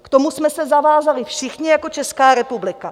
K tomu jsme se zavázali všichni jako Česká republika.